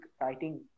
writing